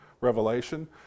Revelation